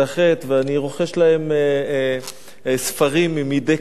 ואני רוכש להם ספרים מדי קיץ.